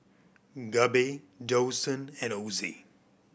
Gabe Dawson and Ozzie